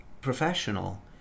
professional